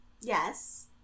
Yes